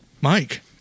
Mike